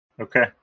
Okay